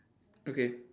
okay